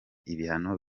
ibihano